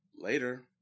Later